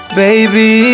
baby